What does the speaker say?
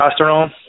testosterone